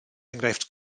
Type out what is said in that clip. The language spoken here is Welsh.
enghraifft